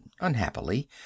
unhappily